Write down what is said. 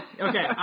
Okay